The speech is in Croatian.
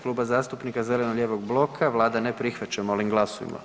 Kluba zastupnika zeleno-lijevog bloka vlada ne prihvaća, molim glasujmo.